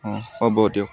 অঁ হ'ব দিয়ক